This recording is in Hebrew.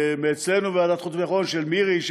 ומאצלנו בוועדת החוץ והביטחון של מירי,